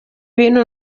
bintu